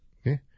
okay